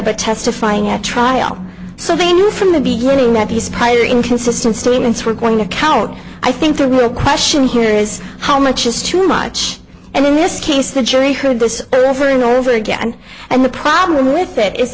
but testifying at trial so they knew from the beginning that these prior inconsistent statements were going a coward i think the real question here is how much is too much and in this case the jury heard this over and over again and the problem with it is